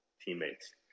teammates